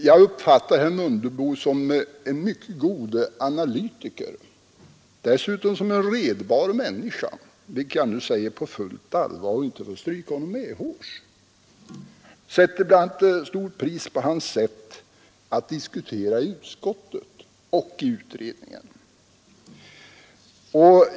Jag uppfattar herr Mundebo som en mycket god analytiker och dessutom som en redbar människa, vilket jag säger på fullt allvar och inte för att stryka honom medhårs. Jag sätter bl.a. stort pris på hans sätt att diskutera i utskottet och i utredningen.